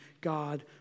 God